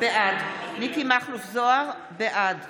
בעד יצחק כהן, בעד